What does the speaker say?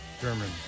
German